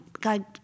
God